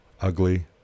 ugly